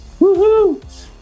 Woohoo